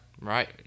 Right